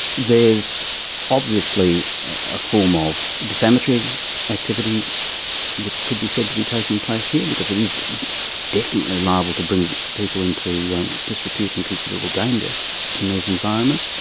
there's obviously a form of defamatory activity that could be said to be taking place here, because it is definitely liable to bring people into disrepute and considerable danger in these environments.